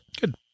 Good